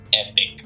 epic